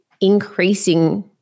increasing